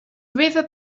river